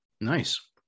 Nice